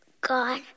God